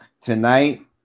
Tonight